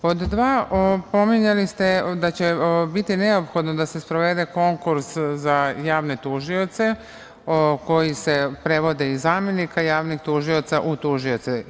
Pod dva, pominjali ste da će biti neophodno da se sprovede konkurs za javne tužioce koji se prevode iz zamenika javnih tužilaca u tužioce.